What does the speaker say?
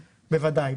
בוודאי,